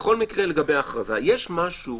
בכל מקרה, לגבי ההכרזה יש משהו